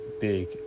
big